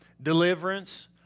Deliverance